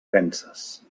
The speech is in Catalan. penses